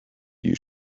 you